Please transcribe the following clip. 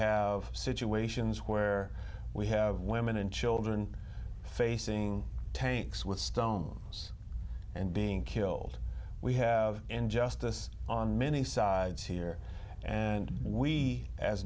have situations where we have women and children facing tanks with stones and being killed we have injustice on many sides here and we as